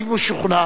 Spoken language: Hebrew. אני משוכנע